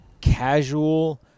casual